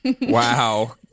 Wow